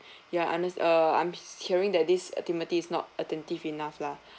ya unders~ err I'm hearing that this timothy is not attentive enough lah